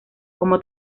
como